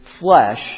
flesh